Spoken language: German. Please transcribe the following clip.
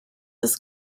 das